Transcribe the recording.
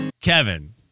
Kevin